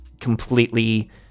completely